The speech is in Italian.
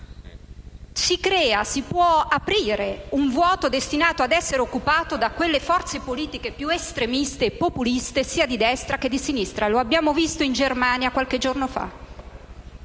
economico si può aprire un vuoto destinato ad essere occupato da quelle forze politiche più estremiste e populiste, sia di destra che di sinistra, come abbiamo visto in Germania qualche giorno fa.